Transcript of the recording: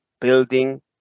building